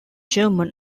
german